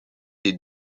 des